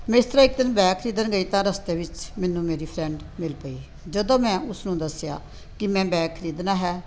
ਮੈਂ ਇਸ ਤਰ੍ਹਾਂ ਇੱਕ ਦਿਨ ਬੈਗ ਖਰੀਦਣ ਗਈ ਤਾਂ ਰਸਤੇ ਵਿੱਚ ਮੈਨੂੰ ਮੇਰੀ ਫਰੈਂਡ ਮਿਲ ਪਈ ਜਦੋਂ ਮੈਂ ਉਸਨੂੰ ਦੱਸਿਆ ਕਿ ਮੈਂ ਬੈਗ ਖਰੀਦਣਾ ਹੈ